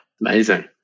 amazing